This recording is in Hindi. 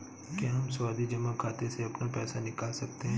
क्या हम सावधि जमा खाते से अपना पैसा निकाल सकते हैं?